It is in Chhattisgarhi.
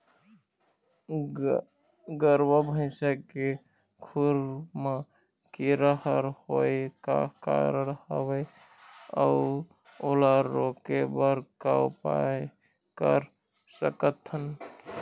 गरवा भैंसा के खुर मा कीरा हर होय का कारण हवए अऊ ओला रोके बर का उपाय कर सकथन?